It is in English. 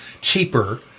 cheaper